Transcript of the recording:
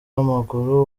w’amaguru